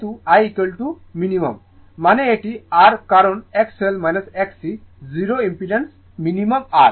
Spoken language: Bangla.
যেহেতু Iন্যূনতম মানে এটি R কারণ XL XC 0 ইম্পিডেন্স ন্যূনতম R